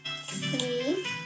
three